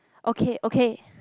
okay okay